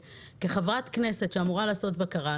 כחברת כנסת שאמורה לעשות בקרה,